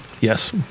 Yes